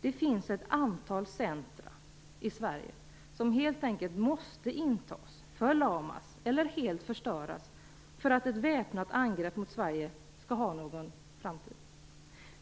Det finns ett antal centrum i Sverige som helt enkelt måste intas, förlamas eller helt förstöras för att ett väpnat angrepp mot Sverige skall bli framgångsrikt.